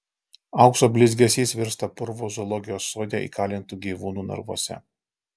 aukso blizgesys virsta purvu zoologijos sode įkalintų gyvūnų narvuose